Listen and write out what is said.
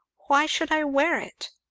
why should i wear it?